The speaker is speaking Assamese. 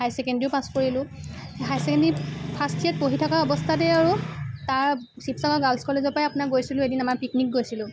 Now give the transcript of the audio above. হায়াৰ ছেকেণ্ডেৰীও পাছ কৰিলোঁ হায়াৰ ছেকেণ্ডাৰী ফাৰ্ষ্ট ইয়াৰত পঢ়ি থকা অৱস্থাতে আৰু তাৰ শিৱসাগৰ গাৰ্লছ কলেজৰ পৰাই আপোনাৰ গৈছিলোঁ এদিন আমাৰ পিকনিক গৈছিলোঁ